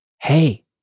Hey